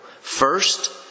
first